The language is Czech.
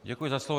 Děkuji za slovo.